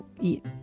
eat